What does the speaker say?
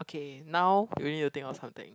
okay now we need to think out something